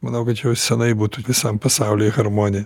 manau kad čia jau senai būtų visam pasaulyje harmonija